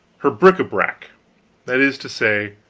her bric-a-brac that is to say,